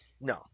no